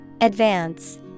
Advance